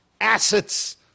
assets